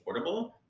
affordable